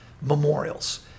memorials